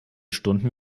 stunden